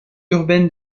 urbaine